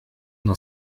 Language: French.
n’en